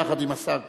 יחד עם השר כהן,